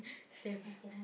same